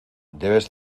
debes